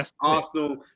arsenal